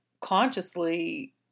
consciously